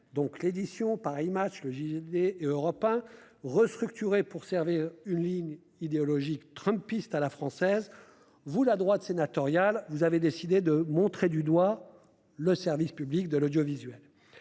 l'édition,, () et Europe 1, restructurés pour servir une ligne idéologique trumpiste à la française -, vous, la droite sénatoriale, avez décidé de montrer du doigt le service public de l'audiovisuel